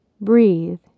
Breathe